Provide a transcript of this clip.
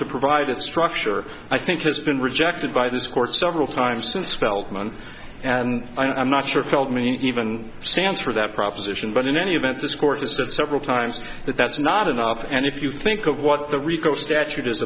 to provide a structure i think has been rejected by this court several times since feldman and i'm not sure feldman even stands for that proposition but in any event this court has said several times that that's not enough and if you think of what the rico statute is